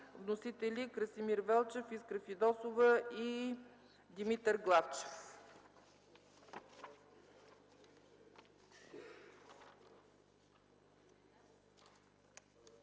представители Красимир Велчев, Искра Фидосова и Димитър Главчев.